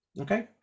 Okay